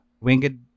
winged